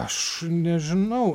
aš nežinau